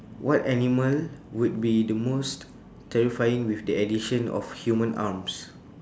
what animal would be the most terrifying with the addition of human arms